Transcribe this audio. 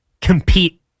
compete